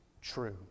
true